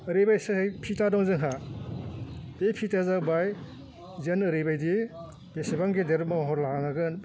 ओरैबायसाहै फिटा दं जोंहा बे फिटाया जाबाय जेन ओरैबायदि बेसेबां गेदेर महर लागोन